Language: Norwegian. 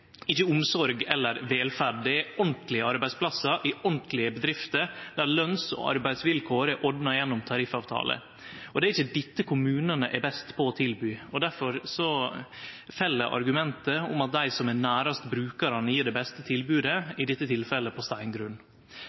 ikkje omsorg eller velferd. Det er ordentlege arbeidsplassar i ordentlege bedrifter, der løns- og arbeidsvilkår er ordna gjennom tariffavtale. Det er ikkje dette kommunane er best på å tilby. Derfor fell argumentet om at dei som er nærast brukarane, gjev det beste tilbodet, i dette tilfellet på